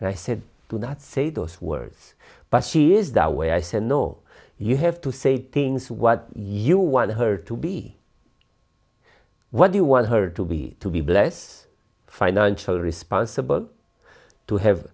and i said do not say those words but she is that way i said no you have to say things what you want her to be what you want her to be to be bless financial responsible to have